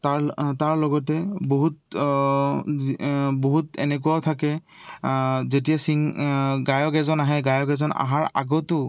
তাৰ তাৰ লগতে বহুত বহুত এনেকুৱাও থাকে যেতিয়া চিং গায়ক এজন আহে গায়ক এজন আহাৰ আগতো